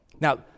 Now